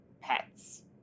pets